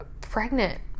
pregnant